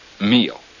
meal